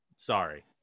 Sorry